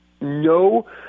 no